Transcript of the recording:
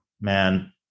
man